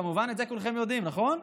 כמובן, את זה כולכם יודעים, נכון?